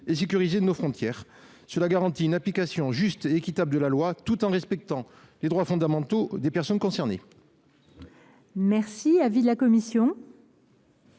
et sécurisé de nos frontières. Cela garantirait une application juste et équitable de la loi, tout en respectant les droits fondamentaux des personnes concernées. Quel est l’avis de la commission